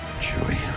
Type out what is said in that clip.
Chewie